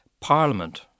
parliament